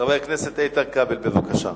חבר הכנסת איתן כבל, בבקשה.